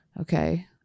Okay